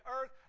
earth